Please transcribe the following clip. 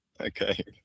okay